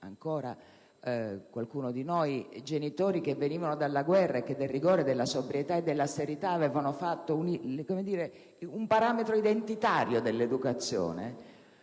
ancora, qualcuno di noi) che venivano dalla guerra e che del rigore, della sobrietà e dell'austerità avevano fatto un parametro identitario dell'educazione,